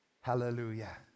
Hallelujah